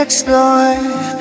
Explore